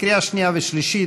לקריאה שנייה ושלישית.